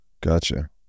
gotcha